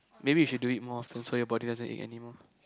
maybe you should do it more often so your body doesn't ache anymore